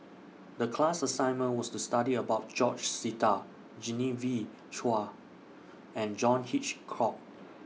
The class assignment was to study about George Sita Genevieve Chua and John Hitchcock